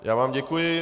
Já vám děkuji.